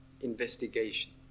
investigation